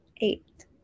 eight